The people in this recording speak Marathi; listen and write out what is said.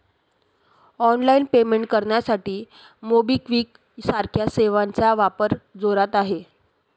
ऑनलाइन पेमेंट करण्यासाठी मोबिक्विक सारख्या सेवांचा वापर जोरात आहे